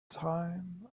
time